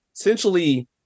Essentially